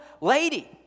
lady